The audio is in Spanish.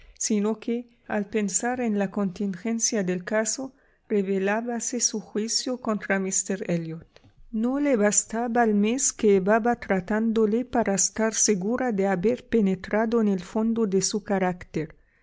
sino que al pensar en la contingencia del caso rebelábase su juicio contra míster elliot no le asta ba el mes que llevaba tratándole para estar segura de haber penetrado en el fondo de su carácter